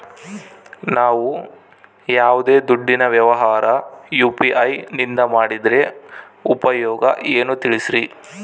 ನಾವು ಯಾವ್ದೇ ದುಡ್ಡಿನ ವ್ಯವಹಾರ ಯು.ಪಿ.ಐ ನಿಂದ ಮಾಡಿದ್ರೆ ಉಪಯೋಗ ಏನು ತಿಳಿಸ್ರಿ?